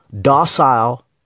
docile